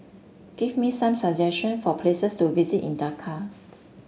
give me some suggestion for places to visit in Dhaka